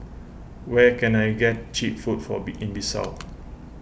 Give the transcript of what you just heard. where can I get Cheap Food for be in Bissau